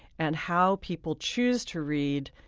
and how people choose to read,